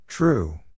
True